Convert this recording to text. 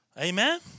Amen